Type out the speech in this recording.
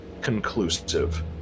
conclusive